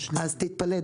תתפלא.